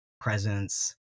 presence